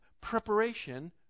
preparation